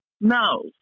no